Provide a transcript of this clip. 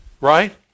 Right